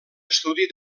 estudi